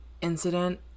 incident